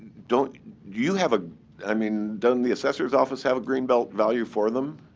don't you have a i mean, don't the assessor's office have a greenbelt value for them?